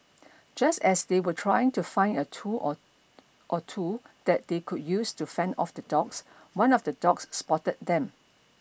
just as they were trying to find a tool or or two that they could use to fend off the dogs one of the dogs spotted them